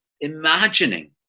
imagining